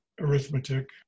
arithmetic